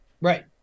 Right